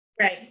Right